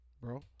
bro